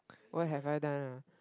what have I done ah